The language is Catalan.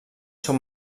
seu